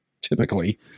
typically